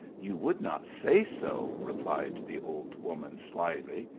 you would not say so, replied the old woman, slyly,